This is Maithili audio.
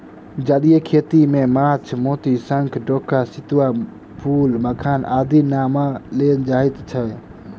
जलीय खेती मे माछ, मोती, शंख, डोका, सितुआ, फूल, मखान आदिक नाम लेल जाइत छै